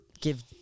give